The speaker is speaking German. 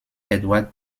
edward